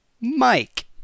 Mike